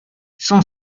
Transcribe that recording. son